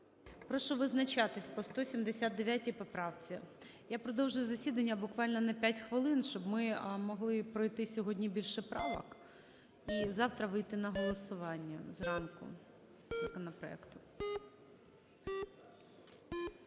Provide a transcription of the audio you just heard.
Прошу визначатись по 179 поправці. Я продовжую засідання буквально на 5 хвилин, щоб ми могли пройти сьогодні більше правок і завтра вийти на голосування зранку законопроекту.